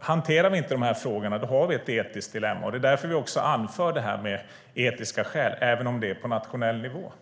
Hanterar vi inte de här frågorna har vi ett etiskt dilemma. Det är därför vi också anför etiska skäl, även om det är på nationell nivå.